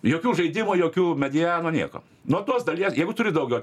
jokių žaidimų jokių medianų nieko nuo tos dalies jeigu turi daugiau